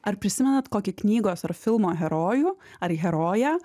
ar prisimenat kokį knygos ar filmo herojų ar heroję